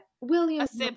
William's